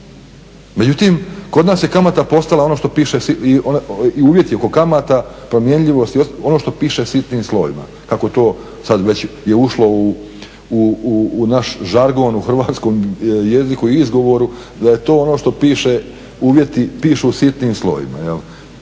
uvjeti oko kamata promjenjivost ono što piše sitnim slovima kako to sad već je ušlo u naš žargon u hrvatskom jeziku i izgovoru da je to ono što piše uvjeti pišu sitnim slovima.